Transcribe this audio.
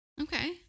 Okay